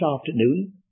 afternoon